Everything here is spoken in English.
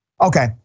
Okay